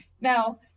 Now